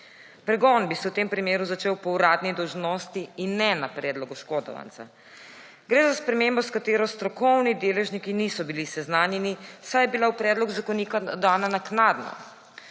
Pregon bi se v tem primeru začel po uradni dolžnosti in ne na predlog oškodovanca. Gre za spremembo, s katero strokovni deležniki niso bili seznanjeni, saj je bila v predlog zakonika dana naknadno.